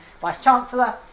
vice-chancellor